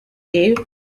you